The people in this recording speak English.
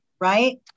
right